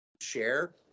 share